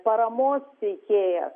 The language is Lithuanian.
paramos teikėjas